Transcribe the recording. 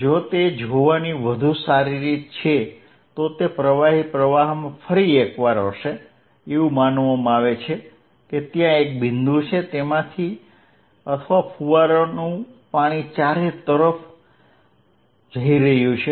જો તે જોવાની વધુ સારી રીત છે તો તે પ્રવાહી પ્રવાહમાં ફરી એકવાર હશે એવું માનવામાં આવે છે કે ત્યાં એક બિંદુ છે જેમાંથી અથવા ફુવારોનું પાણી ચારે બાજુ જઈ રહ્યું છે